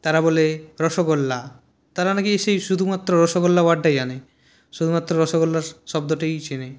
তারা বলে রসগোল্লা তারা নাকি সেই শুধুমাত্র রসগোল্লা ওয়ার্ডটাই জানে শুধুমাত্র রসগোল্লা শব্দটাই চেনে